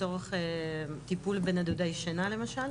לצורך טיפול בנדודי שינה למשל,